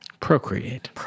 Procreate